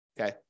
Okay